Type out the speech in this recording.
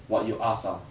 what you ask ah